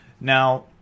Now